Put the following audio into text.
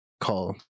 call